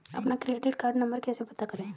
अपना credit card number कैसे पता करें?